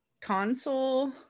console